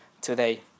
today